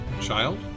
child